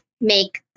make